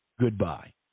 Goodbye